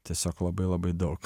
tiesiog labai labai daug